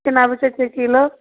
कोना बेचै छिए किलो